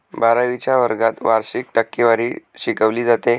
बारावीच्या वर्गात वार्षिक टक्केवारी शिकवली जाते